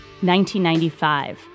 1995